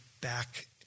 back